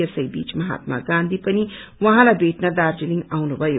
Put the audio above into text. यसै बिच महात्मा गान्धी पनि उहाँलाई भेट्न दार्जीलिङ आउँनु भयो